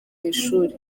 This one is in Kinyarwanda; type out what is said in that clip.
ishuri